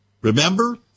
Remember